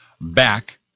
back